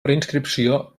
preinscripció